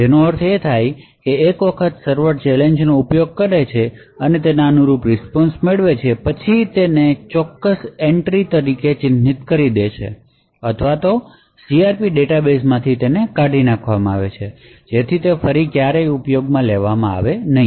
જેનો અર્થ એ કે એકવાર સર્વર ચેલેંજનો ઉપયોગ કરે છે અને અનુરૂપ રીસ્પોન્શ મેળવે છે પછી તેને ચોક્કસ એન્ટ્રી તરીકે ચિહ્નિત કરી દે અથવા આ CRP ડેટાબેઝ માંથી એને કાઢી નાખવામાં આવે જેથી ફરી ક્યારેય ઉપયોગમાં લેવાય નહીં